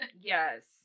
yes